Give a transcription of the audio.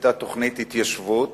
שהיתה תוכנית התיישבות,